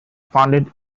funded